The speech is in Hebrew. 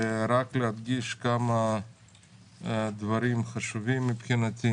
רק להדגיש כמה דברים חשובים מבחינתי,